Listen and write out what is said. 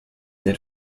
der